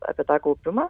apie tą kaupimą